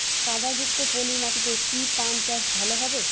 কাদা যুক্ত পলি মাটিতে কি পান চাষ ভালো হবে?